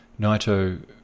Naito